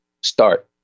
Start